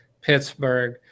Pittsburgh